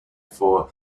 for